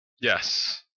Yes